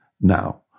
now